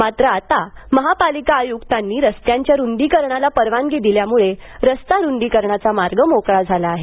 मात्र आता महापालिका आयुक्तांनी रस्त्यांच्या रुंदीकरणाला परवानगी दिल्यामुळे रस्त्यांचा मार्ग मोकळा झाला आहे